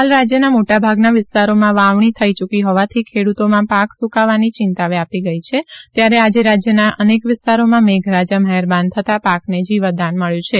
હાલ રાજ્યનાં મોટાભાગના વિસ્તારોમાં વાવણી થઈ ચૂકી હોવાથી ખેડૂતોમાં પાક સુકાવાની ચિંતા વ્યાપી ગઈ છે ત્યારે આજે રાજ્યના અનેક વિસ્તારોમાં મેઘરાજા મહેરબાન થતાં પાકને જીવતદાન મળ્યું છે